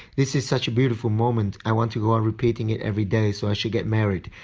this is such a beautiful moment. i want to go on repeating it every day so i should get married.